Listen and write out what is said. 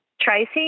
Tracy